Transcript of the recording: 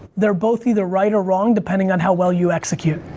they're both either right or wrong depending on how well you execute.